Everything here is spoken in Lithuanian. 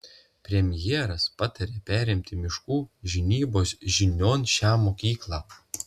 premjeras patarė perimti miškų žinybos žinion šią mokyklą